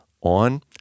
on